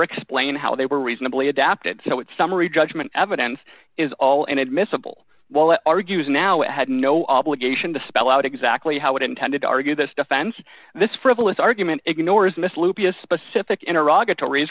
explain how they were reasonably adapted so it's summary judgment evidence is all inadmissible while that argues now it had no obligation to spell out exactly how it intended to argue this defense this frivolous argument ignores this loopy a specific in iraq or to raise